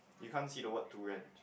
you can't see the word to rent